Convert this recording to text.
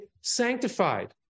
sanctified